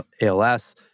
ALS